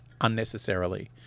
unnecessarily